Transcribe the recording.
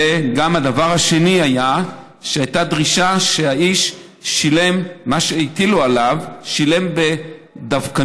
הדבר השני היה דרישה שמה שהטילו על האיש הוא שילם בדבקות,